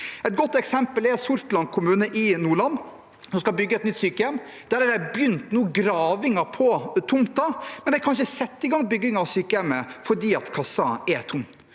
Et godt eksempel er Sortland kommune i Nordland, som skal bygge et nytt sykehjem. Der har de nå begynt gravingen på tomten, men de kan ikke sette i gang byggingen av sykehjemmet fordi kassen er tom.